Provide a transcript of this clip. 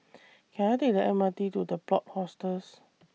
Can I Take The M R T to The Plot Hostels